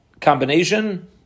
combination